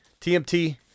TMT